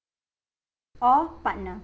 or partner